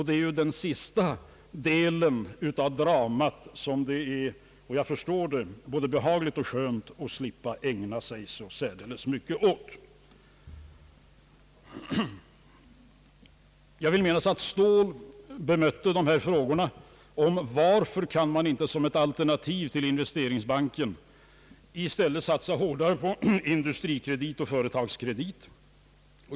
Det är ju den sista delen av dramat som det är — och det förstår jag — behagligt och skönt att slippa ägna sig så särdeles mycket åt. Jag vill minnas att herr Ståhle svarade på frågan varför man inte kan som ett alternativ till investeringsbanken i stället satsa hårdare på Industrikredit och Företagskredit.